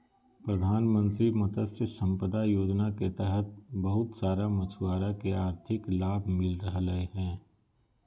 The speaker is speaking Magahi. प्रधानमंत्री मत्स्य संपदा योजना के तहत बहुत सारा मछुआरा के आर्थिक लाभ मिल रहलय हें